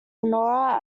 nora